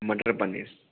मटर पनीर